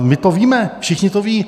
My to víme, všichni to vědí.